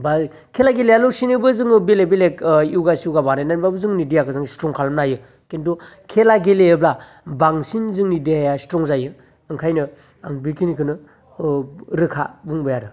बा खेला गेलेयाल'सिनोबो जोङो बेलेग बेलेग ओ यगा सगा बानायनानै बाबो जोंनि देहाखौ जोङो स्ट्रं खालामनो हायो खिनथु खेला गेलेयोबा बांसिन जोंनि देहाया स्ट्रं जायो ओंखायनो आं बे खिनिखौनो ओ रोखा बुंबाय आरो